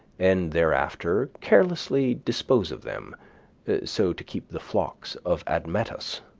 and thereafter carelessly dispose of them so, to keep the flocks of admetus.